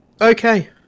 okay